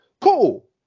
Cool